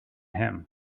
him